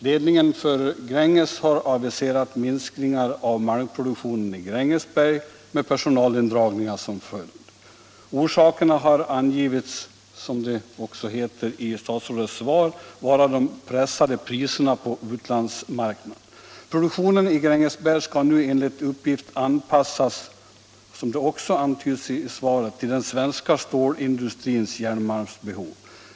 Ledningen för Gränges Gruvor har aviserat minskning av malmproduktionen i Grängesberg med personalindragningar som följd. Orsaken har angivits vara — detta sägs också i statsrådets svar — de pressade priserna på utlandsmarknaden. Produktionen i Grängesberg skall nu enligt uppgift anpassas till den svenska stålindustrins järnmalmsbehov.